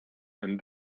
and